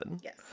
Yes